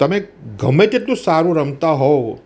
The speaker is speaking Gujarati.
તમે ગમે તેટલું સારું રમતા હોવ